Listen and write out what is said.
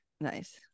Nice